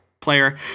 player